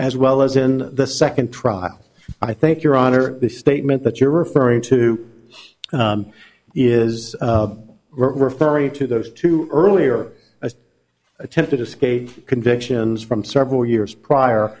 as well as in the second trial i think your honor the statement that you're referring to is referring to those two earlier as attempted escape convictions from several years prior